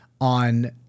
on